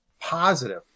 positive